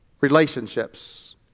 Relationships